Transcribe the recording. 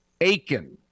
Aiken